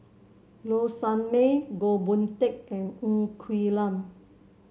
Low Sanmay Goh Boon Teck and Ng Quee Lam